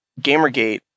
Gamergate